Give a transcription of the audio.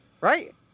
Right